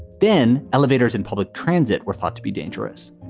then elevators and public transit were thought to be dangerous.